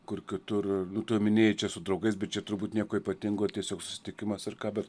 kur kitur nu tu minėjai čia su draugais bet čia turbūt nieko ypatingo tiesiog susitikimas ar ką bet